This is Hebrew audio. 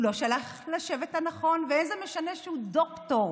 הוא לא שייך לשבט הנכון, וזה זה משנה שהוא דוקטור,